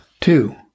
Two